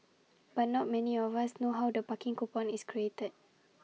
but not many of us know how the parking coupon is created